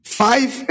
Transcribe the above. five